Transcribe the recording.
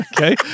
Okay